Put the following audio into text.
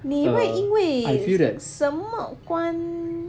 你会因为什么关